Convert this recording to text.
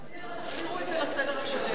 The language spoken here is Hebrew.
תחזירו את זה לסדר הקודם.